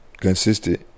Consistent